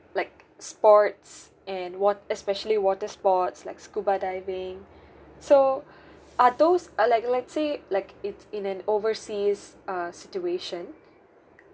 like sports and wa~ especially water sports like scuba diving so are those are like let's say like it's in an overseas uh situation